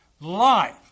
life